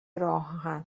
راهآهن